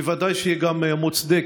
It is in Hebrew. שהייתה בוודאי גם מוצדקת.